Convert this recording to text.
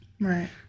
right